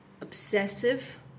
Obsessive